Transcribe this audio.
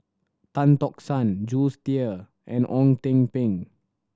Tan Tock San Jules Tier and Ong Ten Ping